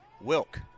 Wilk